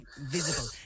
visible